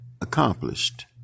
accomplished